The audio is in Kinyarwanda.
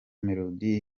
melodie